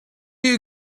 you